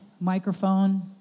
microphone